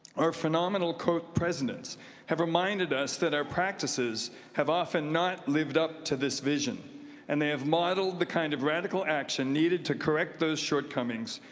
our phenomenal co-presidents have remind ised and us that our practices have often not lived up to this vision and they have modeled the kind of radical action needed to correct those shortcomings,